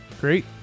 Great